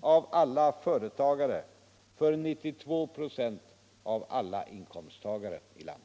av alla företagare, för 92 96 av alla inkomsttagare i landet.